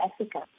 Africa